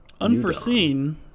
Unforeseen